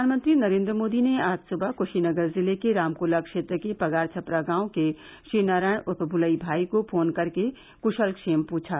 प्रधानमंत्री नरेंद्र मोदी ने आज सुबह कश्रीनगर जिले के रामकोला क्षेत्र के पगार छपरा गांव के श्रीनारायण उर्फ भूलई भाई को फोन करके क्शलक्षेम पुछा